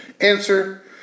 Answer